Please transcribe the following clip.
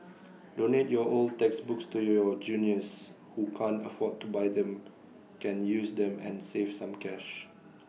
donate your old textbooks to your juniors who can't afford to buy them can use them and save some cash